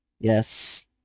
Yes